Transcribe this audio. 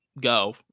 go